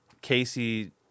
Casey